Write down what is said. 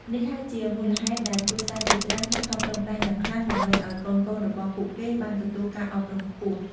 នេះហើយជាមូលហេតុដែលគ្រួសារជាច្រើនខិតខំប្រឹងប្រែងយ៉ាងខ្លាំង ដើម្បីឱ្យកូនៗរបស់ពួកគេបានទទួលការអប់រំខ្ពស់។